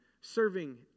serving